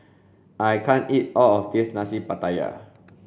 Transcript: I can't eat all of this nasi pattaya